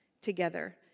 together